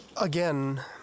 Again